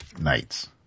nights